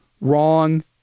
wrong